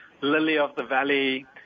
lily-of-the-valley